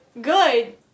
good